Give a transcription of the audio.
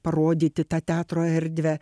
parodyti tą teatro erdvę